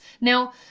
Now